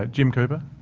ah jim cooper?